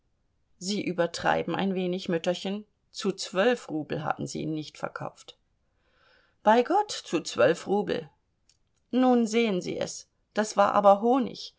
sie übertreiben ein wenig mütterchen zu zwölf rubel haben sie ihn nicht verkauft bei gott zu zwölf rubel nun sehen sie es das war aber honig